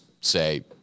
say